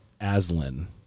Aslan